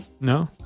No